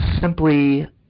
simply